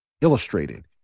illustrated